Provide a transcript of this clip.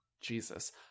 Jesus